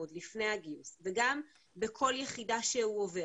עוד לפני הגיוס וגם בכל יחידה שהוא עובר